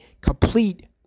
complete